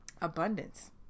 abundance